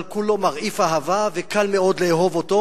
אבל כולו מרעיף אהבה וקל מאוד לאהוב אותו.